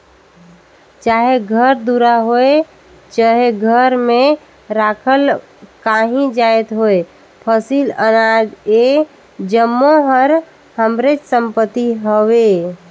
चाहे घर दुरा होए चहे घर में राखल काहीं जाएत होए फसिल, अनाज ए जम्मो हर हमरेच संपत्ति हवे